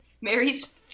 mary's